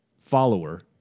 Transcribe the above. follower